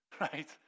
Right